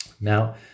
Now